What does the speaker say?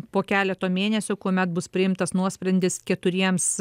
po keleto mėnesio kuomet bus priimtas nuosprendis keturiems